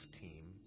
team